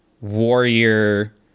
warrior